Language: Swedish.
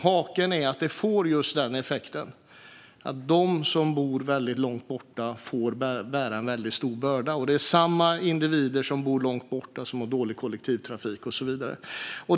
Haken är bara att effekten blir att de som bor långt borta får bära en stor börda. De som bor långt borta har dessutom ofta dålig kollektivtrafik.